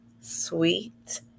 sweet